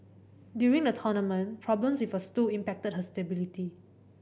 during the tournament problems with her stool impacted her stability